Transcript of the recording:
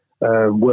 Work